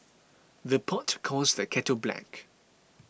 the pot calls the kettle black